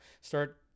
start